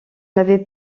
n’avais